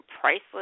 priceless